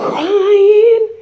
Crying